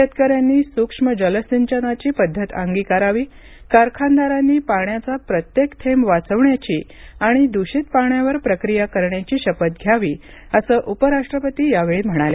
शेतकऱ्यांनी सूक्ष्म जलसिंचनाची पद्धत अंगीकारावी कारखानदारांनी पाण्याचा प्रत्येक थेंब वाचवण्याची आणि दूषित पाण्यावर प्रक्रिया करण्याची शपथ घ्यावी असं उपराष्ट्रपती यावेळी म्हणाले